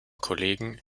kollegen